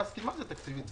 זה התיישן,